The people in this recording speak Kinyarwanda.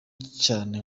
cyane